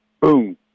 Boom